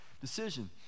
decision